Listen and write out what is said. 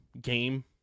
game